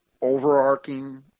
overarching